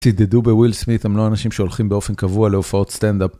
צדדו בוויל סמית הם לא אנשים שהולכים באופן קבוע להופעות סטנדאפ.